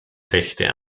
rechte